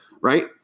Right